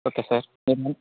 okay sir